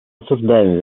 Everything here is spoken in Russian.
осуждаем